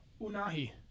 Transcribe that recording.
Unahi